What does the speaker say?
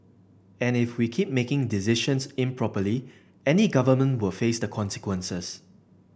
and if we keep making decisions improperly any government will face the consequences